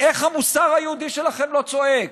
המוסר היהודי שלכם לא צועק?